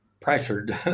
pressured